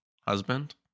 husband